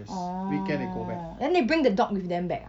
orh then they bring the dog with them back ah